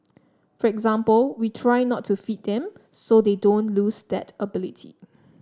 for example we try not to feed them so they don't lose that ability